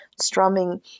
strumming